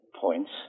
points